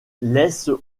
laisse